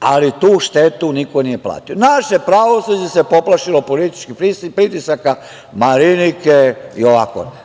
ali tu štetu niko nije platio. Naše pravosuđe se poplašilo političkih pritisaka Marinike.